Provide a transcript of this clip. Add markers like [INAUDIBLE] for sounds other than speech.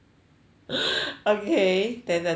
[NOISE] okay then the third [one]